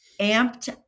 amped